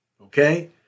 Okay